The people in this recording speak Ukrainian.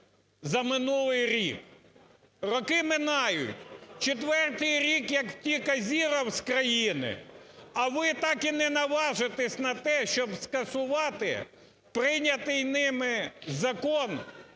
за минулий рік. Роки минають. Четвертий рік як втік "Азіров" з країни, а ви так і не наважитесь на те, щоб скасувати прийнятий ними закон,